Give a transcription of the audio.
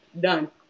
Done